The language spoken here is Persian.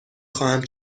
خواهم